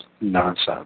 nonsense